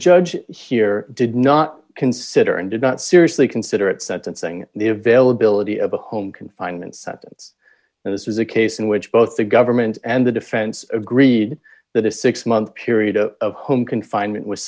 judge here did not consider and did not seriously consider at sentencing near vail ability of a home confinement sentence and this was a case in which both the government and the defense agreed that a six month period of home confinement was